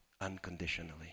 unconditionally